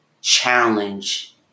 challenge